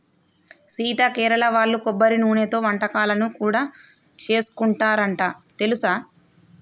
సీత కేరళ వాళ్ళు కొబ్బరి నూనెతోనే వంటకాలను కూడా సేసుకుంటారంట తెలుసా